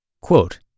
Quote